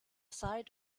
site